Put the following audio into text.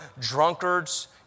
drunkards